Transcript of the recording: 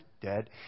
dead